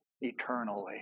eternally